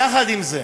יחד עם זה,